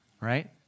right